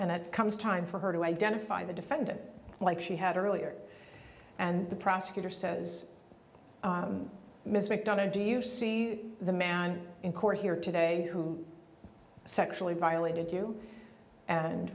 and it comes time for her to identify the defendant like she had earlier and the prosecutor says mr mcdonough do you see the man in court here today who sexually violated you and